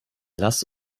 lass